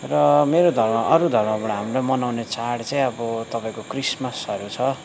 र मेरो धर्म अरू धर्मबाट हामले मनाउने चाड चाहिँ अब तपाईँको क्रिसमसहरू छ